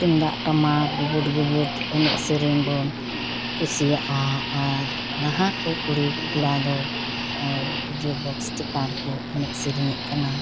ᱛᱩᱢᱫᱟᱜ ᱴᱟᱢᱟᱠ ᱜᱩᱵᱩᱰ ᱜᱩᱵᱩᱰ ᱮᱱᱮᱡ ᱥᱮᱨᱮᱧ ᱵᱚᱱ ᱠᱩᱥᱤᱭᱟᱜᱼᱟ ᱟᱨ ᱱᱟᱦᱟᱜ ᱠᱩᱡ ᱠᱩᱲᱤ ᱠᱚᱲᱟ ᱫᱚ ᱱᱚᱜ ᱚᱭ ᱰᱤᱡᱮ ᱵᱚᱠᱥ ᱪᱮᱛᱟᱱ ᱨᱮᱠᱚ ᱮᱱᱮᱡ ᱥᱮᱨᱮᱧᱮᱫ ᱠᱟᱱᱟ